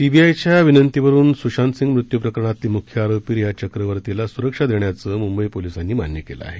सीबीआयच्या विनंतीवरून सुशांतसिंग मृत्यू प्रकरणातली मुख्य आरोपी रिया चक्रवर्तीला स्रक्षा देण्याचं मंंबई पोलिसांनी मान्य केलं आहे